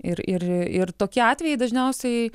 ir ir ir tokie atvejai dažniausiai